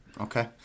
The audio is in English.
Okay